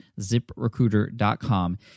ZipRecruiter.com